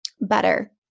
better